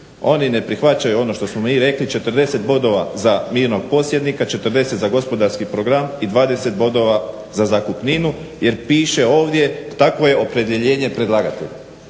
Oni ne prihvaćaju ono što smo mi rekli, 40 bodova za mirnog posjednika, 40 za gospodarski program i 20 bodova za zakupninu jer piše ovdje takvo je opredjeljenje predlagatelja.